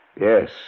Yes